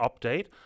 update